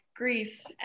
Greece